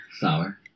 Sour